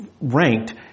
ranked